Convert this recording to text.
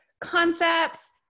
concepts